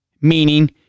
meaning